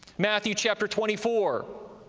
matthew, chapter twenty four,